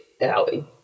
alley